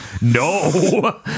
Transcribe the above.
No